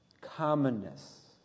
commonness